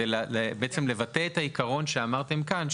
ובעצם לבטא את העיקרון שציינתם כאן,